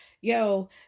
yo